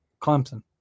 Clemson